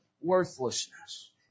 worthlessness